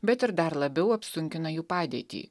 bet ir dar labiau apsunkina jų padėtį